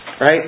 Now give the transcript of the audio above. right